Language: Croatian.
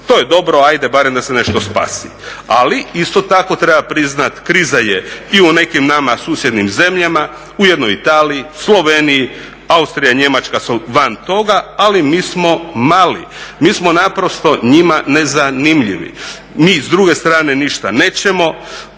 to je dobro ajde barem da se nešto spasi. Ali isto tako treba priznati kriza je i u nekim nama susjednim zemljama, u jednoj Italiji, Sloveniji. Austrija, Njemačka su van toga, ali mi smo mali, mi smo naprosto njima nezanimljivi. Mi s druge strane ništa nećemo,